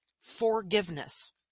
Forgiveness